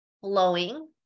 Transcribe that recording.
flowing